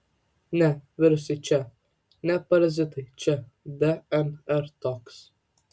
ne virusai čia ne parazitai čia dnr toks